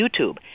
YouTube